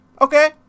okay